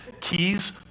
Keys